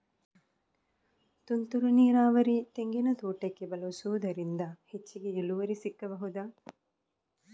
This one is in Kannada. ತುಂತುರು ನೀರಾವರಿ ತೆಂಗಿನ ತೋಟಕ್ಕೆ ಬಳಸುವುದರಿಂದ ಹೆಚ್ಚಿಗೆ ಇಳುವರಿ ಸಿಕ್ಕಬಹುದ?